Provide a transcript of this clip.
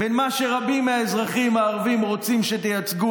בין מה שרבים מהאזרחים הערבים רוצים שתייצגו